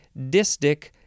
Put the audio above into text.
distic